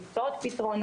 למצוא עוד פתרונות,